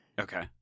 Okay